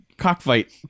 cockfight